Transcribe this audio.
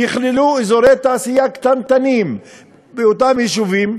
יכללו אזורי תעשייה קטנטנים באותם יישובים,